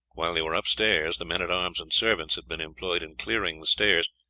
while they were upstairs the men-at-arms and servants had been employed in clearing the stairs,